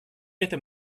этом